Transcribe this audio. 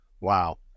Wow